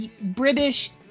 British